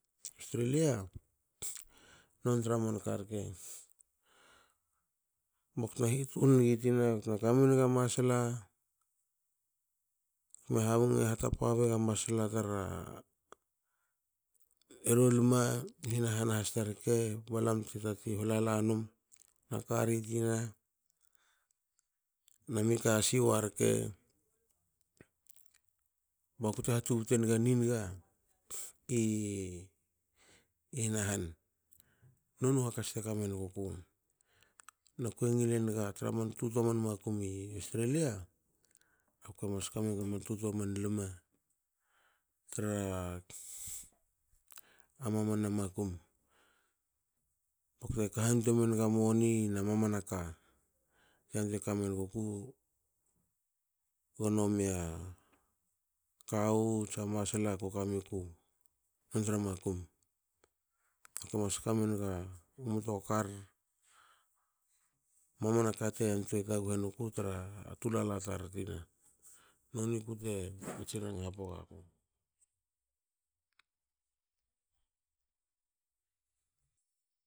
Australia nontra manka rke- baktna hitul nigi tina btna kamenaga masla. btme habnga hatapa bega masla tar ero lma i hana han has tar rke balam te tatin holala num nakari tina namika siwarke bakute hatubute naga ni niga i hana han. noniu hakats teka menguku. Nakue ngile naga tra mna tuta man makum i australia, akue mas kamenga man tutua man lma tra mamana makum, akue ka haniga menga moni na mamana ka. yantuen kamenguku gonomia kawu tsa masla kokamiku nontra makum. Komas kamenga mtokar mamana ka te antuei taguhe nuku tra tulala tina. Noniku te katsin ranga hapopo gaku